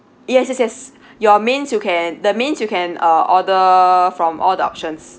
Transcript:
yes yes yes your mains you can the mains you can uh order from all the options